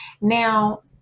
Now